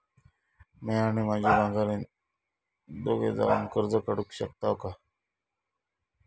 म्या आणि माझी माघारीन दोघे जावून कर्ज काढू शकताव काय?